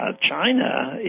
China